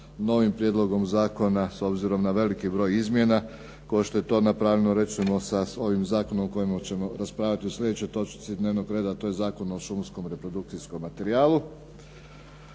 novim prijedlogom zakona s obzirom na veliki broj izmjena kao što je to napravljeno recimo sa ovim zakonom o kojem ćemo raspravljati u sljedećoj točci dnevnog reda, a to je Zakon o šumskom reprodukcijskom materijalu.